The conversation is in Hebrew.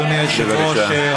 אדוני היושב-ראש.